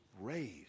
raised